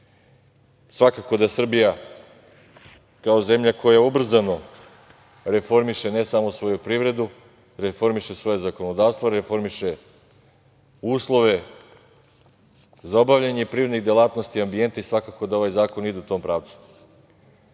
svakako da Srbija kao zemlja koja ubrzano reformiše ne samo svoju privredu, reformiše svoje zakonodavstvo, reformiše uslove za obavljanje privrednih delatnosti i ambijent i svakako da ovaj zakon ide u tom pravcu.